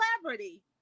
celebrity